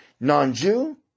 non-Jew